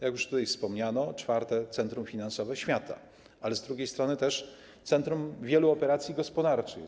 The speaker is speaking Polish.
Jak już tutaj wspomniano, czwarte centrum finansowe świata, ale z drugiej strony też centrum wielu operacji gospodarczych.